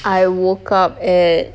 I woke up at